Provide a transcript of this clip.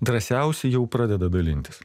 drąsiausi jau pradeda dalintis